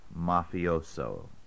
Mafioso